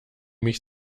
mich